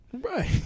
Right